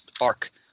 arc